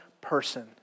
person